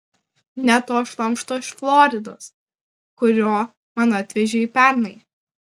ne to šlamšto iš floridos kurio man atvežei pernai